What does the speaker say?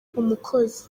umukozi